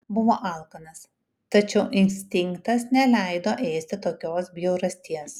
buvo alkanas tačiau instinktas neleido ėsti tokios bjaurasties